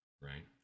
right